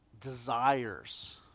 Desires